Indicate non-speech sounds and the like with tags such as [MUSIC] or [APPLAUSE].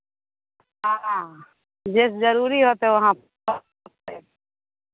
हँ जे जरूरी होतै वहाँ [UNINTELLIGIBLE]